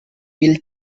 will